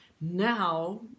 now